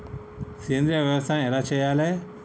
సేంద్రీయ వ్యవసాయం ఎలా చెయ్యాలే?